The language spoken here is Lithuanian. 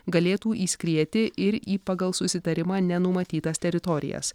galėtų įskrieti ir į pagal susitarimą nenumatytas teritorijas